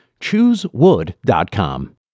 ChooseWood.com